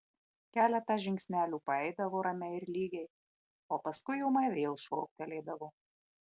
keletą žingsnelių paeidavo ramiai ir lygiai o paskui ūmai vėl šoktelėdavo